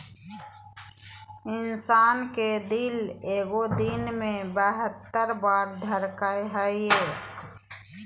इंसान के दिल एगो दिन मे बहत्तर बार धरकय हइ